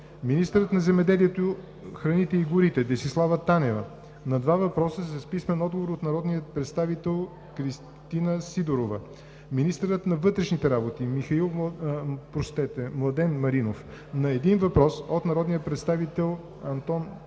министърът на земеделието, храните и горите Десислава Танева – на два въпроса с писмен отговор от народния представител Кристина Сидорова; - министърът на вътрешните работи Младен Маринов – на един въпрос от народния представител Антон Кутев;